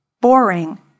boring